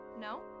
No